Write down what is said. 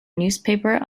newspaper